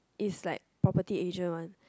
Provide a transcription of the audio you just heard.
is like property agent one